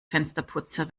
fensterputzer